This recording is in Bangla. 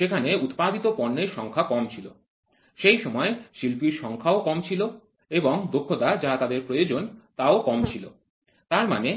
সেখানে উৎপাদিত পণ্যের সংখ্যা কম ছিল সেই সময় শিল্পীর সংখ্যাও কম ছিল এবং দক্ষতা যা তাদের প্রয়োজন তাও কম ছিল তার মানে